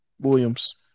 Williams